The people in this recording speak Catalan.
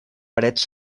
parets